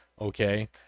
okay